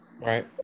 Right